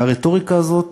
והרטוריקה הזאת